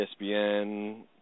ESPN